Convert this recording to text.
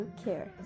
care